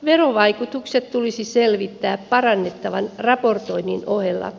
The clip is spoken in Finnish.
verovaikutukset tulisi selvittää parannettavan raportoinnin ohella